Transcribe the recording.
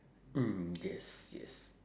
mm yes yes